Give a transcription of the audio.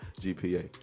GPA